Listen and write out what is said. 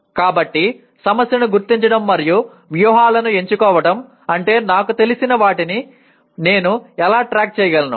కాబట్టి సమస్యను గుర్తించడం మరియు వ్యూహాలను ఎంచుకోవడం అంటే నాకు తెలిసిన వాటిని నేను ఎలా ట్రాక్ చేయగలను